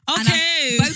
Okay